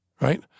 right